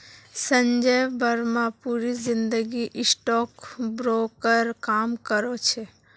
संजय बर्मा पूरी जिंदगी stock broker काम करो छे